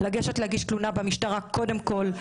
לגשת להגיש תלונה במשטרה קודם כל.